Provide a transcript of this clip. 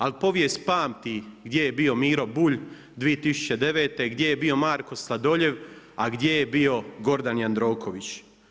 Ali povijest pamti gdje je bio Miro Bulj 2009., gdje je bio Marko Sladoljev, a gdje je bio Gordan Jandroković.